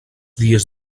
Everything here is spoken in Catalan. dies